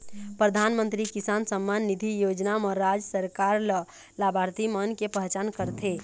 परधानमंतरी किसान सम्मान निधि योजना म राज सरकार ल लाभार्थी मन के पहचान करथे